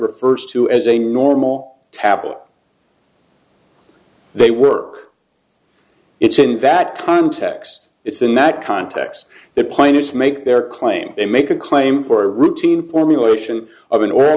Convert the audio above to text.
refers to as a normal tablet they work it's in that context it's in that context that planets make their claim they make a claim for a routine formulation of an